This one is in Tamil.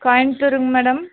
கோயம்த்தூருங்க மேடம்